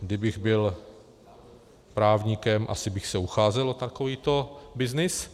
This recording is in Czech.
Kdybych byl právníkem, asi bych se ucházel o takovýto byznys.